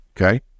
Okay